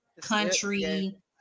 country